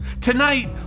Tonight